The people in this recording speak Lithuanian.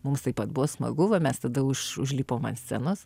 mums taip pat buvo smagu va mes tada už užlipom ant scenos